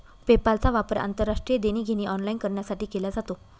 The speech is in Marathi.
पेपालचा वापर आंतरराष्ट्रीय देणी घेणी ऑनलाइन करण्यासाठी केला जातो